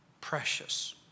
precious